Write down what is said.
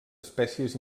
espècies